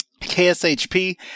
KSHP